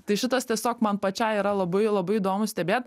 tai šitas tiesiog man pačiai yra labai labai įdomu stebėt